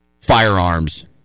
firearms